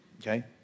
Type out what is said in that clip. Okay